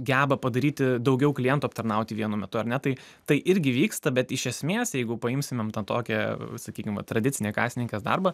geba padaryti daugiau klientų aptarnauti vienu metu ar ne tai tai irgi vyksta bet iš esmės jeigu paimsim tą tokią sakykim va tradicinį kasininkės darbą